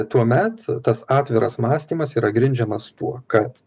tuomet tas atviras mąstymas yra grindžiamas tuo kad